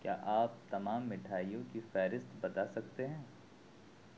کیا آپ تمام مٹھائیوں کی فہرست بتا سکتے ہیں